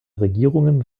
regierungen